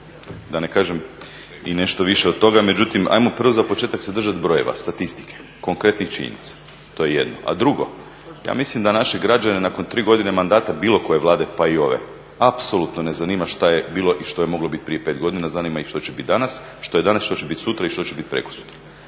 da ne kažem i nešto više od toga, međutim ajmo prvo za početak se držat brojeva, statistike, konkretnih činjenica. To je jedno. A drugo, ja mislim da naši građani nakon 3 godine mandata bilo koje Vlade pa i ove apsolutno ne zanima što je bilo i što je moglo biti prije 5 godina, zanima ih što se biti danas, što je danas, što će bit sutra i što će bit prekosutra.